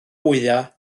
wyau